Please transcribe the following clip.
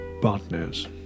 partners